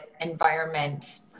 environment